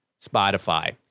Spotify